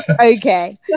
okay